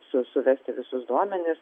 su suvesti visus duomenis